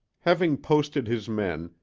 having posted his men,